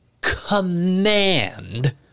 command